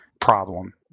problem